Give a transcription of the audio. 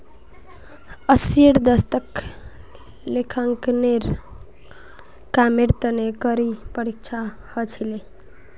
अस्सीर दशकत लेखांकनेर कामेर तने कड़ी परीक्षा ह छिले